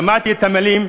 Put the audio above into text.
ושמעתי את המילים: